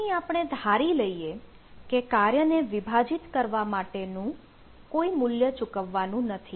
અહીં આપણે ધારી લઇએ કે કાર્યને વિભાજિત કરવા માટે નું કોઈ મૂલ્ય ચૂકવવાનું નથી